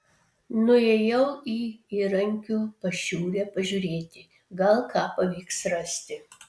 nuėjau į įrankių pašiūrę pažiūrėti gal ką pavyks rasti